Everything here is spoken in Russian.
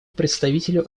представителю